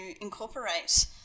incorporate